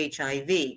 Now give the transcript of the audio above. HIV